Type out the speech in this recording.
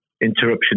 interruption